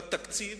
בתקציב